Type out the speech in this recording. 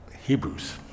Hebrews